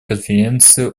конвенции